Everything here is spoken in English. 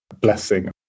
blessing